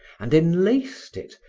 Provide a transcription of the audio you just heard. and enlaced it,